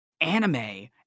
anime